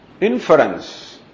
inference